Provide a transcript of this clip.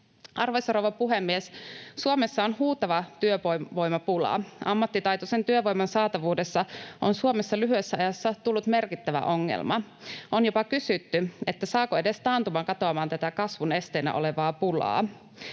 Arvoisa rouva puhemies! Suomessa on huutava työvoimapula. Ammattitaitoisen työvoiman saatavuudesta on Suomessa lyhyessä ajassa tullut merkittävä ongelma. On jopa kysytty, saako edes taantuma katoamaan tätä kasvun esteenä olevaa pulaa.